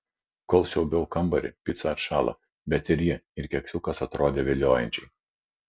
kol siaubiau kambarį pica atšalo bet ir ji ir keksiukas atrodė viliojančiai